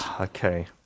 Okay